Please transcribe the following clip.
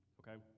okay